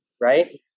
right